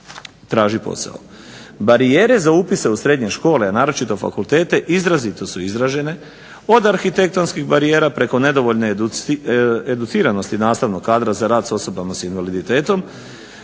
traži posao. Barijere za upise u srednje škole, naročito fakultete izrazito su izražene, od arhitektonskih barijera preko nedovoljne educiranosti nastavnog kadra za rad s osobama s invaliditetom